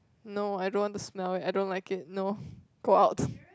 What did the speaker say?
no I don't want to smell it I don't like it no go out